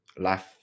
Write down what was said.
life